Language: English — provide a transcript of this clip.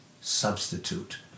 substitute